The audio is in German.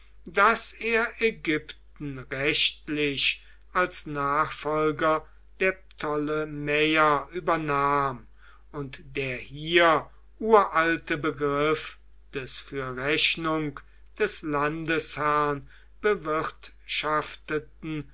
daß er ägypten rechtlich als nachfolger der ptolemäer übernahm und der hier uralte begriff des für rechnung des landesherrn